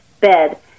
bed